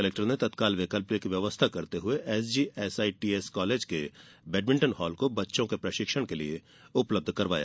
collector ने तत्काल वैकल्पिक व्यवस्था करते हुए एसजीएसआईटीएस कॉलेज के बेडमिंटन हॉल को बच्चों के प्रशिक्षण के लिए उपलब्ध करवाया